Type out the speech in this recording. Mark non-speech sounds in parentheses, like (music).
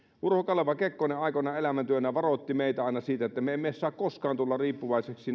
urho kaleva kekkonen aikoinaan elämäntyönään varoitti meitä aina siitä että me emme saa koskaan tulla riippuvaisiksi (unintelligible)